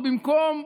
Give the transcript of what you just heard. ובמקום,